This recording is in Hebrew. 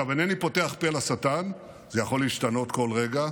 אינני פותח פה לשטן, זה יכול להשתנות בכל רגע,